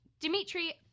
Dmitry